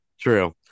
true